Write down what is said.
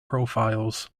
profiles